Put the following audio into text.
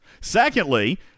Secondly